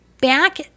back